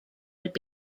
would